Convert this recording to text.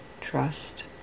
trust